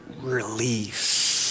release